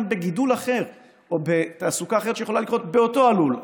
בגידול אחר או בתעסוקה אחרת שיכולה לקרות באותו הלול.